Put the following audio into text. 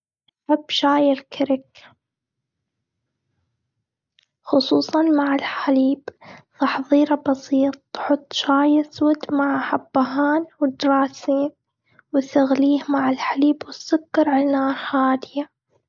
أحب شاي الكرك، خصوصاً مع الحليب. تحضيره بسيط، تحط شاي أسود مع حبهان، وتغليه مع الحليب والسكر على نار هاديه.